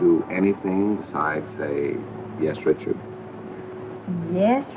do anything i say yes richard yes